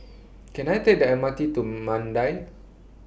Can I Take The M R T to Mandai